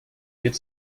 wird